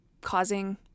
causing